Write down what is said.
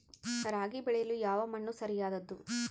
ರಾಗಿ ಬೆಳೆಯಲು ಯಾವ ಮಣ್ಣು ಸರಿಯಾದದ್ದು?